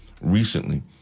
recently